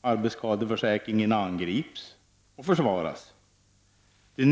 Arbetsskadeförsäkringen angrips och försvaras.